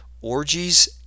orgies